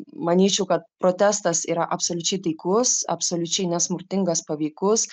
manyčiau kad protestas yra absoliučiai taikus absoliučiai nesmurtingas paveikus